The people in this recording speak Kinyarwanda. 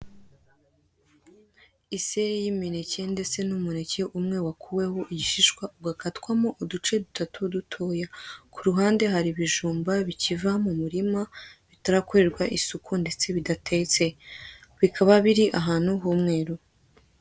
Iseri y'imineke ndetse n'umuneke umwe wakuweho igishishwa ugakatwamo uduce dutatu dutoya, ku ruhande hari ibijumba bikiva mu murima bitarakorerwa isuku ndetse nidatetse bikaba biri ahantu h'umweru.